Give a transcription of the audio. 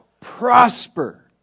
prosper